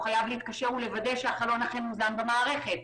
חייב להתקשר ולוודא שהחלון אכן הוזן במערכת.